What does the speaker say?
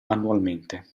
annualmente